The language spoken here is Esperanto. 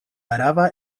araba